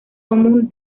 común